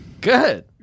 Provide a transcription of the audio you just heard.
good